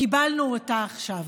קיבלנו אותה עכשיו.